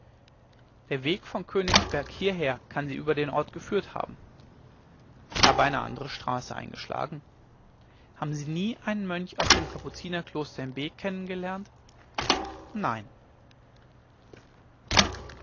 der weg von königsberg hieher kann sie über den ort geführt haben ich habe eine andere straße eingeschlagen haben sie nie einen mönch aus dem kapuzinerkloster in b kennengelernt nein